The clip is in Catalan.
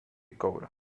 coure